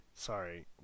sorry